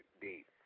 deep